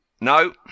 No